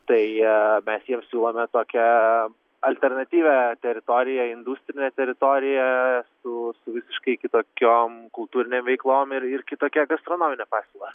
tai mes jiems siūlome tokią alternatyvią teritoriją industrinę teritoriją su visiškai kitokiom kultūrinėm veiklom ir ir kitokia gastronomine pasiūla